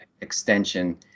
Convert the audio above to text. extension